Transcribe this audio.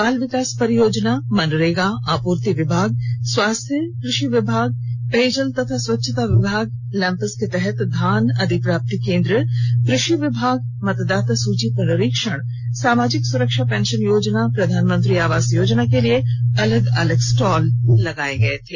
बाल विकास परियोजना मनरेगा आपूर्ति विभाग स्वास्थ्य कृषि विभाग पेयजल एवं स्वच्छता विभाग लैंपस के तहत धान अधिप्राप्ति केंद्र कृषि विभाग मतदाता सुची पुनरीक्षण सामाजिक सुरक्षा पेंशन योजना प्रधानमंत्री आवास योजना के लिए अलग अलग स्टॉल लगाए गए थे